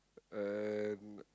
and